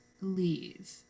leave